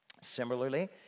Similarly